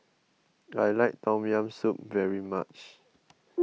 I like Tom Yam Soup very much